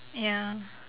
ya